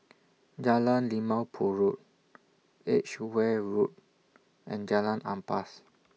Jalan Limau Purut Edgeware Road and Jalan Ampas